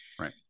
Right